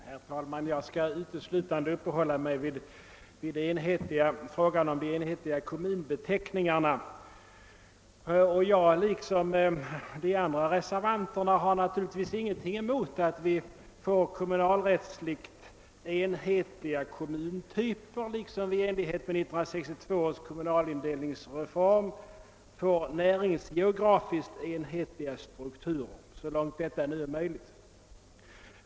Herr talman! Jag skall uteslutande uppehålla mig vid frågan om de enhetliga kommunbeteckningarna. Jag liksom de övriga reservanterna har naturligtvis ingenting emot att vi får kommunalrättsligt enhetliga kommuntyper, liksom vi i enlighet med 1962 års kommunala indelningsreform får näringsgeografiskt enhetliga strukturer så långt detta nu är möjligt.